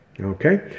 Okay